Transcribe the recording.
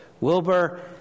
Wilbur